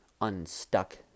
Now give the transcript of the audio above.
unstuck